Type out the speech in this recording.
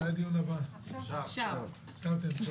הישיבה ננעלה בשעה 12:03.